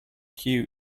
queue